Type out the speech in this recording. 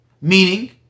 Meaning